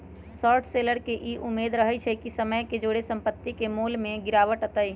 short seller के इ उम्मेद रहइ छइ कि समय के जौरे संपत्ति के मोल में गिरावट अतइ